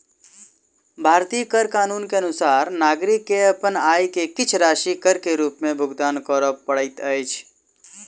भारतीय कर कानून के अनुसार नागरिक के अपन आय के किछ राशि कर के रूप में भुगतान करअ पड़ैत अछि